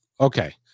okay